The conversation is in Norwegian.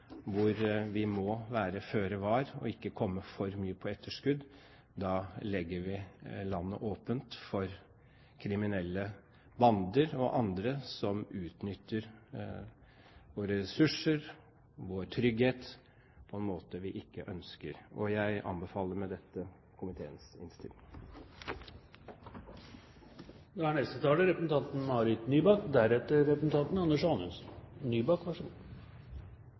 hvor vi må være føre var og ikke komme for mye på etterskudd. Da legger vi landet åpent for kriminelle bander og andre som utnytter våre ressurser og vår trygghet på en måte vi ikke ønsker. Jeg anbefaler med dette komiteens innstilling. La meg først slutte meg til saksordførerens innlegg og dessuten gi ros til saksordføreren, som har bidratt til en tilnærmet enstemmig innstilling. Så